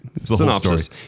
Synopsis